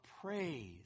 praise